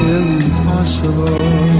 impossible